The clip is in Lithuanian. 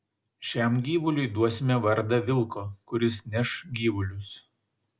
šiam gyvuliui duosime vardą vilko kuris neš gyvulius